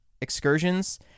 excursions